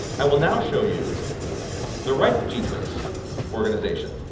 i will now show you the right g-twix organization.